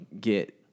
get